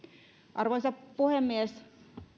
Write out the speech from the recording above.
arvoisa puhemies